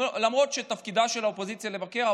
למרות שתפקידה של האופוזיציה לבקר,